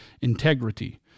integrity